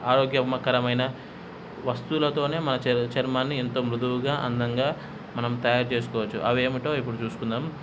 ఆరోగ్యమ్మ కరమైన వస్తువులతోనే మా చ చర్మాన్ని ఇంత మృదువుగా అందంగా మనం తయారు చేసుకోవచ్చు అవి ఏమిటో ఇప్పుడు చూసుకుందాం